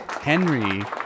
Henry